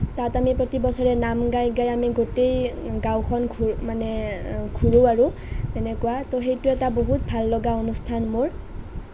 তাত আমি প্ৰতি বছৰে নাম গাই গাই আমি গোটেই গাঁওখন ঘূ মানে ঘূৰোঁ আৰু তেনেকুৱা ত' সেইটো এটা বহুত ভাল লগা অনুষ্ঠান মোৰ